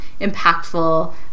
impactful